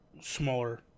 smaller